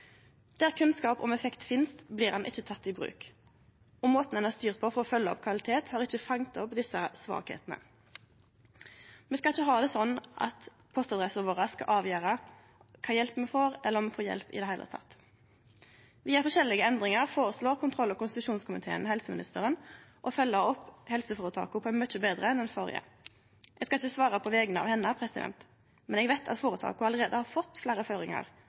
Der kunnskap om effekt finst, blir han ikkje teken i bruk, og måten ein har styrt på for å følgje opp kvalitet, har ikkje fanga opp desse svakheitene. Me skal ikkje ha det sånn at postadressa vår skal avgjere kva hjelp me får, eller om me får hjelp i det heile. Via forskjellige endringar føreslår kontroll- og konstitusjonskomiteen og helseministeren å følgje opp helseføretaka på ein mykje betre måte enn den førre. Eg skal ikkje svare på vegner av henne, men eg veit at føretaka allereie har fått fleire